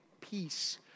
peace